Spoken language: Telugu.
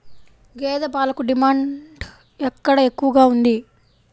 గేదె పాలకు డిమాండ్ ఎక్కడ ఎక్కువగా ఉంది?